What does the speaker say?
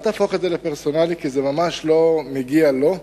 אל תהפוך את זה לפרסונלי כי זה ממש לא מגיע לו,